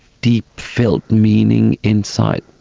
deep-felt meaning inside,